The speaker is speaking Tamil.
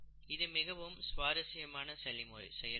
இது மிகவும் சுவாரசியமான செயல்முறை